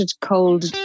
cold